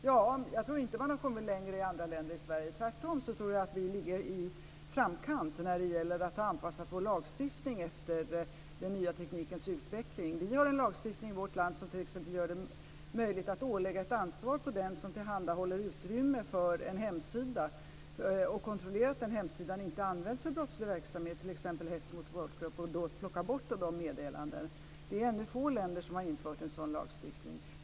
Fru talman! Jag tror inte att man har kommit längre i andra länder än man har i Sverige. Jag tror tvärtom att vi ligger i framkant när det gäller att ha anpassat vår lagstiftning efter den nya teknikens utveckling. Vi har en lagstiftning som t.ex. gör det möjligt att ålägga den som tillhandahåller utrymme för en hemsida att kontrollera att hemsidan inte används för brottslig verksamhet, t.ex. hets mot folkgrupp, och plocka bort sådana meddelanden. Det är ännu få länder som har infört en sådan lagstiftning.